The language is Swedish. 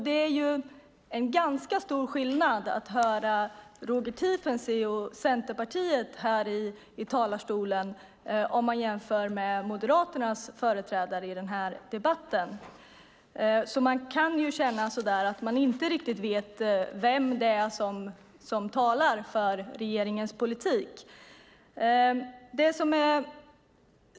Det är ganska stor skillnad på att höra Roger Tiefensee och Centerpartiet från talarstolen jämfört med Moderaternas företrädare i den här debatten. Det känns som att man inte riktigt vet vem det är som talar för regeringens politik.